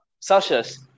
Celsius